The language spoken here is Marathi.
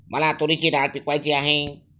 मला तूरीची डाळ पिकवायची आहे